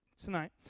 tonight